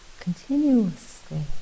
continuously